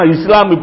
Islam